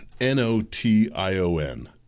N-O-T-I-O-N